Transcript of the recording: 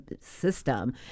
system